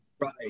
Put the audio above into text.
Right